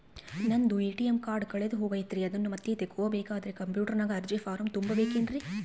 ನಂದು ATM card ಕಳೆದು ಹೋಗೈತ್ರಿ ಅದನ್ನು ಮತ್ತೆ ತಗೋಬೇಕಾದರೆ ಕಂಪ್ಯೂಟರ್ ನಾಗ ಅರ್ಜಿ ಫಾರಂ ತುಂಬಬೇಕನ್ರಿ?